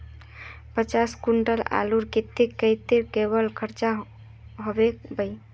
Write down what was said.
पचास कुंटल आलूर केते कतेरी लेबर खर्चा होबे बई?